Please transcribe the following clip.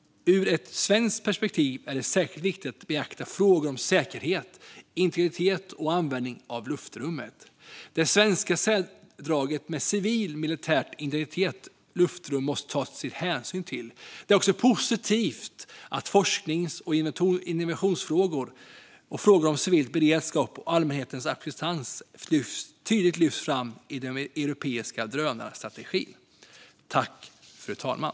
Ur ett svenskt perspektiv är det särskilt viktigt att beakta frågor om säkerhet, integritet och användning av luftrummet. Hänsyn måste tas till det svenska särdraget med civil-militärt integrerat luftrum. Det är också positivt att forsknings och innovationsfrågor och frågor om civil beredskap och allmänhetens acceptans tydligt lyfts fram i den europeiska drönarstrategin.